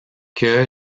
que